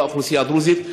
לא האוכלוסייה הדרוזית.